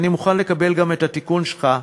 אני מוכן לקבל גם את התיקון שלך,